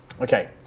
Okay